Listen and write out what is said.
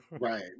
right